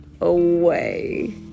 away